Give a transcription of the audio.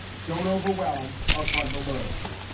don't overwhelm our frontal lobes.